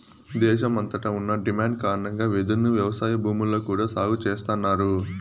దేశమంతట ఉన్న డిమాండ్ కారణంగా వెదురును వ్యవసాయ భూముల్లో కూడా సాగు చేస్తన్నారు